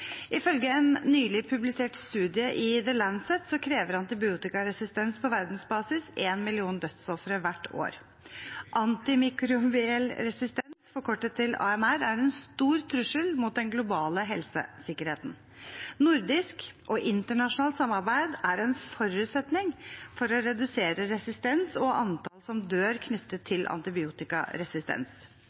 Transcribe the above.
Ifølge en nylig publisert studie i The Lancet krever antibiotikaresistens på verdensbasis 1 million dødsofre hvert år. Antimikrobiell resistens, forkortet til AMR, er en stor trussel mot den globale helsesikkerheten. Nordisk og internasjonalt samarbeid er en forutsetning for å redusere resistens og antallet som dør knyttet til antibiotikaresistens.